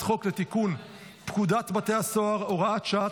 חוק לתיקון פקודת בתי הסוהר (הוראת שעה),